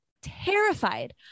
terrified